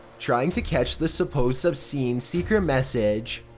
trying to catch the supposed obscene secret message.